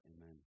Amen